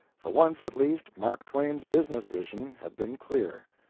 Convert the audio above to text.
for once, at least, mark twain's business vision had been clear.